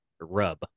Rub